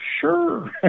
sure